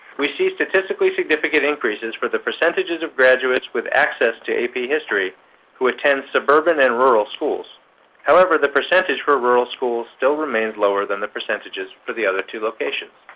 we see statistically significant increases for the percentages of graduates with access to ap history who attend suburban and rural schools however, the percentage for rural schools still remains lower than the percentages for the other two locations.